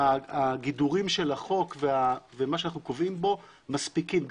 הגידורים של החוק ומה שאנחנו קובעים בו מספיקים.